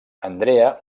andrea